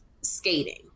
skating